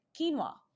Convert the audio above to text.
quinoa